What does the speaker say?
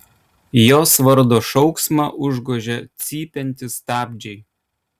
jos vardo šauksmą užgožia cypiantys stabdžiai